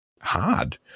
hard